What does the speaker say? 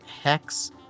Hex